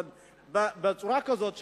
אבל בצורה כזאת,